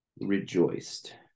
rejoiced